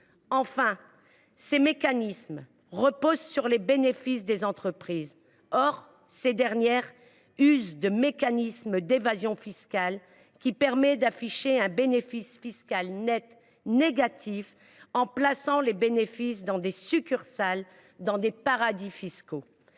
de tels mécanismes reposent sur les bénéfices des entreprises. Or ces dernières usent de mécanismes d’évasion fiscale qui permettent d’afficher un bénéfice fiscal net négatif, en plaçant les bénéfices au sein de succursales situées dans des paradis fiscaux.